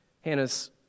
Hannah's